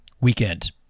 weekend